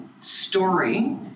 story